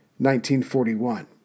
1941